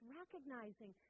recognizing